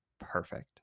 perfect